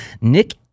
Nick